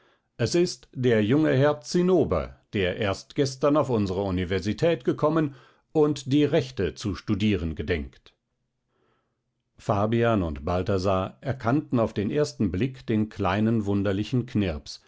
es ist der junge herr zinnober der erst gestern auf unsere universität gekommen und die rechte zu studieren gedenkt fabian und balthasar erkannten auf den ersten blick den kleinen wunderlichen knirps